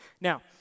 Now